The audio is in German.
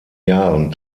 jahren